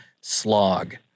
slog